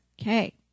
Okay